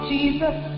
Jesus